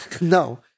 No